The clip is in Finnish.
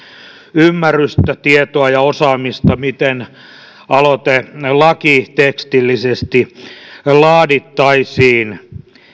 ymmärrystä tietoa ja osaamista miten aloite lakitekstillisesti laadittaisiin